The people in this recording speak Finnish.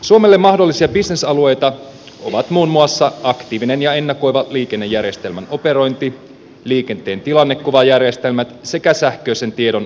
suomelle mahdollisia bisnesalueita ovat muun muassa aktiivinen ja ennakoiva liikennejärjestelmän operointi liikenteen tilannekuvajärjestelmät sekä sähköisen tiedon laadukas hallinta